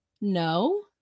no